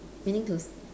meaning to